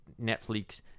netflix